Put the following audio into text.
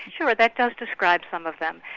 sure, that does describe some of them.